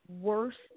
worst